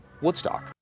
Woodstock